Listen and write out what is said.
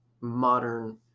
modern